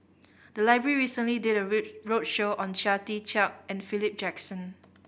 the library recently did a roadshow on Chia Tee Chiak and Philip Jackson